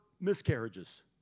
miscarriages